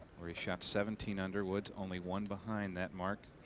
where he shot seventeen under. woods only one behind that mark.